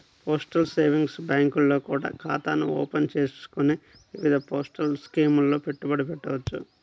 postal savings బ్యాంకుల్లో కూడా ఖాతాను ఓపెన్ చేసుకొని వివిధ పోస్టల్ స్కీముల్లో పెట్టుబడి పెట్టవచ్చు